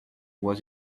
was